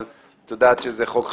אבל את יודעת שזה חוק חשוב.